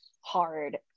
hard